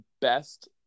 best